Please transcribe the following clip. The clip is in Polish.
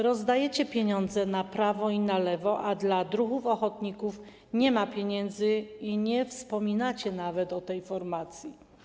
Rozdajecie pieniądze na prawo i lewo, a dla druhów ochotników nie ma pieniędzy i nie wspominacie nawet o tej formacji.